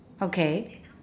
okay